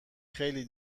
خیلی